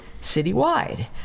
citywide